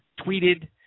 tweeted